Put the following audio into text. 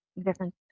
different